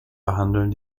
behandeln